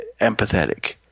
empathetic